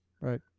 Right